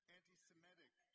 anti-Semitic